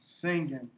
singing